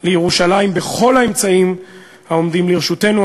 לירושלים בכל האמצעים העומדים לרשותנו.